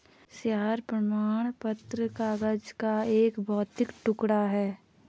share प्रमाण पत्र कागज का एक भौतिक टुकड़ा है